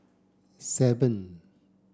seven